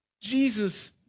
Jesus